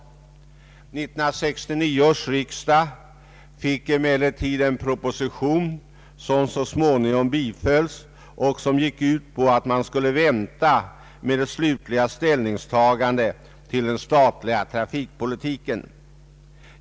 1969 års riksdag fick emellertid en proposition som så småningom bifölls och som gick ut på att man skulle vänta med det slutliga ställningstagandet till den statliga trafikpolitiken.